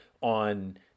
on